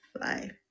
life